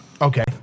Okay